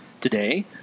Today